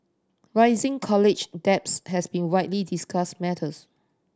rising college debts has been a widely discussed matters